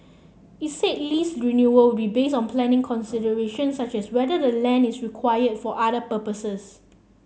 it said lease renewal will be based on planning considerations such as whether the land is required for other purposes